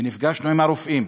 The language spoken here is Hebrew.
ונפגשנו עם הרופאים.